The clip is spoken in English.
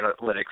analytics